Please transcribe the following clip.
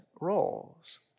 roles